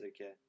okay